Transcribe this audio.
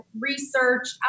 research